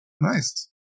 nice